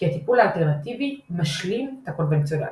כי הטיפול האלטרנטיבי "משלים" את הקונבנציונלי.